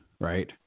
Right